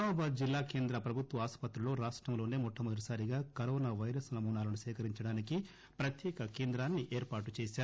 నిజామాబాద్ జిల్లా కేంద్ర ప్రభుత్వ ఆసుపత్రిలో రాష్టంలోనే మొట్ట మొదటిసారిగా కరోనా వైరస్ నమూనాలను సేకరించడానికి ప్రత్యేక కేంద్రాన్ని ఏర్పాటు చేశారు